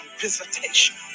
visitation